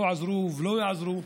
לא עזרו ולא יעזרו,